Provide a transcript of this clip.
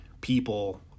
people